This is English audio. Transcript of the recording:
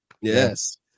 yes